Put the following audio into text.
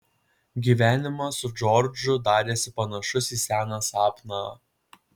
gyvenimas su džordžu darėsi panašus į seną sapną